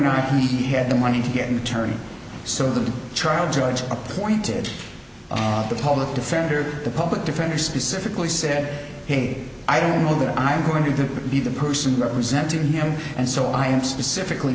media had the money to get an attorney so the trial judge appointed the public defender the public defender specifically said hey i don't know that i'm going to be the person representing him and so i am specifically